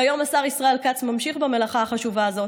והיום השר ישראל כץ ממשיך במלאכה החשובה הזאת,